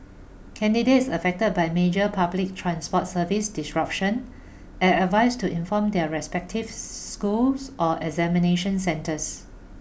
candidates affected by major public transport service disruption are advised to inform their respective schools or examination centres